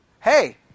Hey